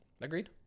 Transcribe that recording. Agreed